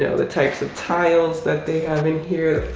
yeah the types of tiles that they have in here,